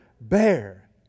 bear